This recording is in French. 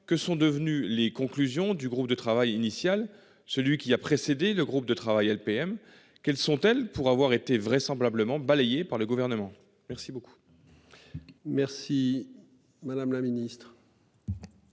que sont devenus les conclusions du groupe de travail initial, celui qui a précédé le groupe de travail LPM. Quelles sont-elles pour avoir été vraisemblablement balayé par le gouvernement. Merci beaucoup. Merci. Madame la Ministre.